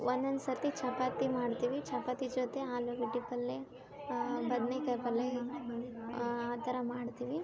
ಒಂದೊಂದು ಸರ್ತಿ ಚಪಾತಿ ಮಾಡ್ತೀವಿ ಚಪಾತಿ ಜೊತೆ ಆಲುಗಡ್ಡೆ ಪಲ್ಲೆ ಬದನೇ ಕಾಯಿ ಪಲ್ಲೆ ಆ ಥರ ಮಾಡ್ತೀವಿ